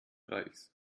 reichs